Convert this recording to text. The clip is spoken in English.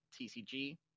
TCG